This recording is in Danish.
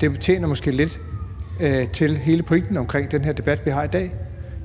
Det tjener måske lidt til at belyse hele pointen med den her debat, vi har i dag,